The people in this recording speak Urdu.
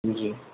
جی